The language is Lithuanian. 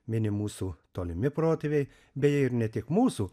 mini mūsų tolimi protėviai beje ir ne tik mūsų